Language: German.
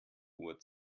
uhr